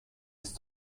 ist